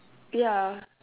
ya